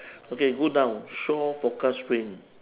okay go down shore forecast rain